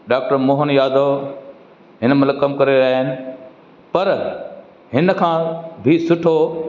doctor Mohan Yadav हिनमहिल कमु करे रहिया आहिनि पर हिन खां बि सुठो